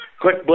Quick